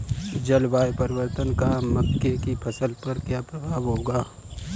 जलवायु परिवर्तन का मक्के की फसल पर क्या प्रभाव होगा?